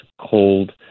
cold